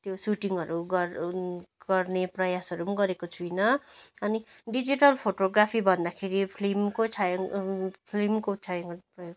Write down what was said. त्यो सुटिङहरू गर् गर्ने प्रयासहरू गरेको छुइनँ अनि डिजिटल फोटोग्राफी भन्दाखेरि फिल्मको छायाङ्कन फिल्मको छायाङ्कन प्रयोग